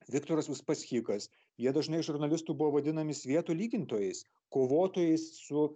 viktoras uspaskichas jie dažnai žurnalistų buvo vadinami svieto lygintojais kovotojais su